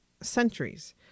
centuries